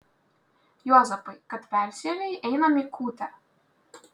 juozapai kad persiavei einam į kūtę